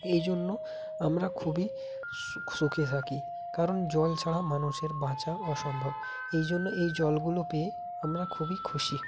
এই জন্য আমরা খুবই সুখে থাকি কারণ জল ছাড়া মানুষের বাঁচা অসম্ভব এই জন্য এই জলগুলো পেয়ে আমরা খুবই খুশি